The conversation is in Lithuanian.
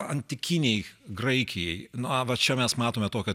antikinei graikijai na va čia mes matome tokią